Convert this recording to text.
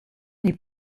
n’est